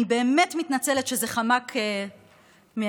אני באמת מתנצלת שזה חמק מעיניי,